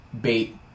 bait